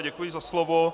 Děkuji za slovo.